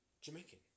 Jamaican